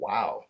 Wow